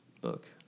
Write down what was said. book